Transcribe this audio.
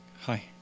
Hi